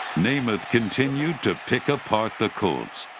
namath continued to pick apart the colts.